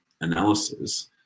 analysis